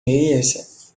meias